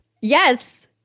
Yes